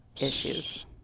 issues